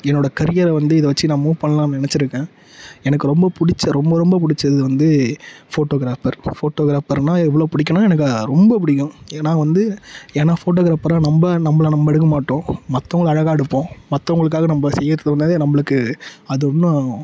என்னோட கரியரை வந்து இதை வச்சு நான் மூவ் பண்ணலாம் நினச்சிருக்கன் எனக்கு ரொம்ப பிடிச்ச ரொம்ப ரொம்ப பிடிச்சது வந்து ஃபோட்டோகிராப்பர் ஃபோட்டோகிராப்பர்னா எவ்ளோ பிடிக்குன்னா எனக்கு ரொம்ப பிடிக்கும் ஏன்னா வந்து ஏன்னா ஃபோட்டோகிராப்பராக நம்ப நம்பளை நம்ப எடுக்க மாட்டோம் மத்தவங்களை அழகாக எடுப்போம் மற்றவங்களுக்காக நம்ப செய்யறதுனாவே நம்பளுக்கு அது இன்னும்